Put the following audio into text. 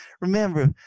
Remember